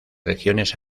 regiones